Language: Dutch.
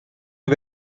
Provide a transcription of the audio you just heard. een